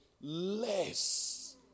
less